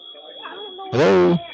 Hello